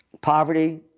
Poverty